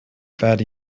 fad